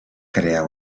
crear